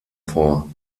vor